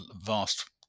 vast